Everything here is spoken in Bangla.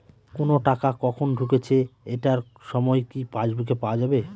কোনো টাকা কখন ঢুকেছে এটার সময় কি পাসবুকে পাওয়া যাবে?